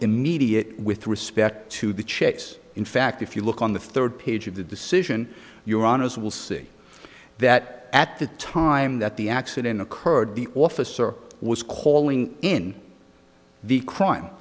immediate with respect to the chase in fact if you look on the third page of the decision your honour's will see that at the time that the accident occurred the officer was calling in the crime